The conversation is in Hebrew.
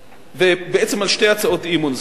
ובעצם על שתי הצעות האי-אמון.